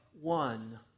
one